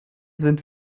sind